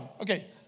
Okay